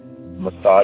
massage